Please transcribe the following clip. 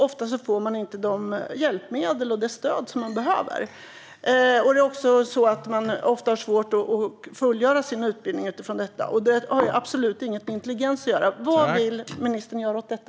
Ofta får de inte de hjälpmedel och det stöd som de behöver. De har ofta svårt att fullgöra sin utbildning beroende på detta, men det har absolut inget med intelligens att göra. Vad vill ministern göra åt detta?